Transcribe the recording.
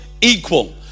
equal